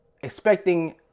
Expecting